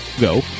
Go